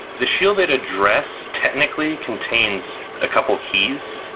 the shielded address technically contains a couple keys.